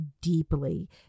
deeply